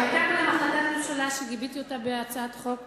היתה קודם החלטת ממשלה שגיביתי אותה בהצעת חוק,